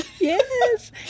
Yes